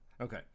Okay